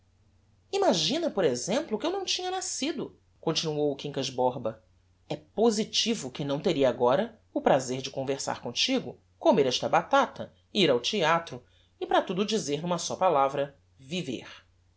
imagina por exemplo que eu não tinha nascido continuou o quincas borba é positivo que não teria agora o prazer de conversar comtigo comer esta batata ir ao theatro e para tudo dizer n'uma só palavra viver